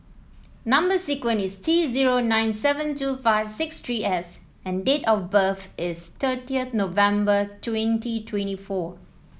number sequence is T zero nine seven two five six three S and date of birth is thirty November twenty twenty four